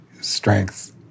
Strength